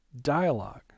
dialogue